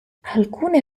alcune